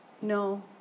No